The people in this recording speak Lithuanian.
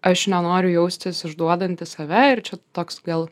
aš nenoriu jaustis išduodanti save ir čia toks gal